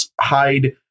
hide